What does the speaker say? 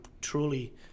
truly